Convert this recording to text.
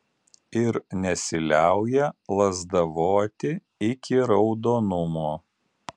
ir nesiliauja lazdavoti iki raudonumo